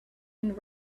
and